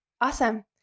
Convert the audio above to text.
Awesome